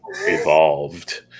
evolved